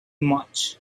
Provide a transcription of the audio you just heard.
much